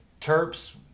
terps